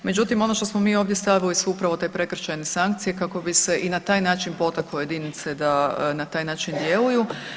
Međutim, ono što smo mi ovdje stavili su upravo te prekršajne sankcije kako bi se i na taj način potaklo jedinice da na taj način djeluju.